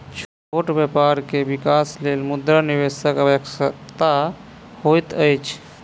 छोट व्यापार के विकासक लेल मुद्रा निवेशकक आवश्यकता होइत अछि